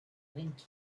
wind